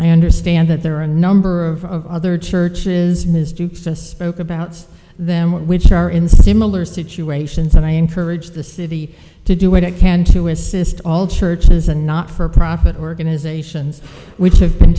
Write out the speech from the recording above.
i understand that there are a number of other churches mistruths a spoke about them which are in similar situations and i encourage the city to do what it can to assist all churches and not for profit organizations which have been